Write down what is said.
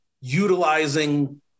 utilizing